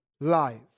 life